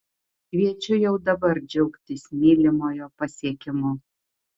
kviečiu jau dabar džiaugtis mylimojo pasiekimu